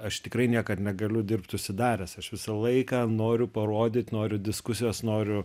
aš tikrai niekad negaliu dirbt užsidaręs aš visą laiką noriu parodyt noriu diskusijos noriu